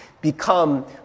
become